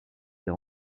des